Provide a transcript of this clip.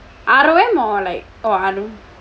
R_O_M or like